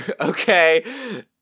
Okay